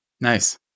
Nice